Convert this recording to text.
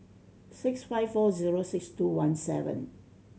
six five four zero six two one seven